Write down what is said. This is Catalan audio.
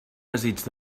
desig